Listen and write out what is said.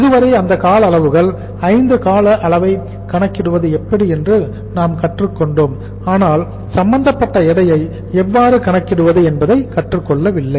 இதுவரை அந்த கால அளவுகளை 5 கால அளவை கணக்கிடுவது எப்படி என்று நாம் கற்றுக் கொண்டோம் ஆனால் சம்பந்தப்பட்ட எடையை எவ்வாறு கணக்கிடுவது என்பதை கற்றுக் கொள்ளவில்லை